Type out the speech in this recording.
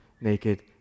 naked